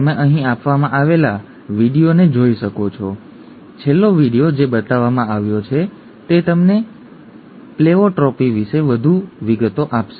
તમે અહીં આપવામાં આવેલા વીડિયોને જોઈ શકો છો છેલ્લો વીડિયો જે બતાવવામાં આવ્યો છે તે તમને પ્લેઓટ્રોપી વિશે થોડી વધુ વિગતો આપશે